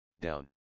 down